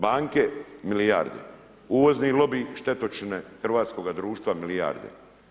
Banke, milijarde, uvozni lobiji, štetočine hrvatskoga društva milijarde.